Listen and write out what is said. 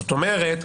זאת אומרת,